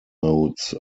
modes